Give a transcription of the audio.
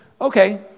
okay